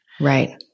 Right